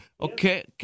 Okay